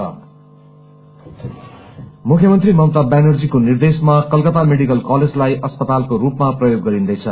CM direction मुख्यमन्त्री ममता व्यानर्जीको निर्देशमा कलकता मेडिकल कलेजलाई अस्पतालको रूपमा प्रयोग गरिन्दैछ